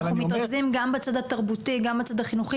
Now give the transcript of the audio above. אנחנו מתרכזים גם בצד התרבותי, גם בצד החינוכי.